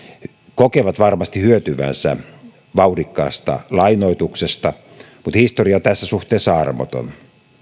kokevat varmasti hyötyvänsä vauhdikkaasta lainoituksesta mutta historia on tässä suhteessa armoton